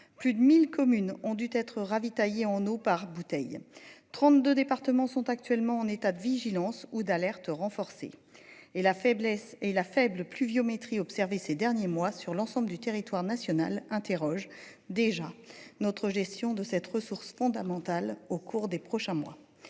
plus de 1000 communes ont dû être ravitaillés en eau par bouteille. 32 départements sont actuellement en état de vigilance ou d'alerte renforcée et la faiblesse et la faible pluviométrie observée ces derniers mois sur l'ensemble du territoire national interroges déjà notre gestion de cette ressource fondamentale au cours des prochains mois.